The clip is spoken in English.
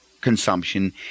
consumption